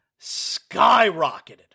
skyrocketed